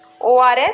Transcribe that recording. ORS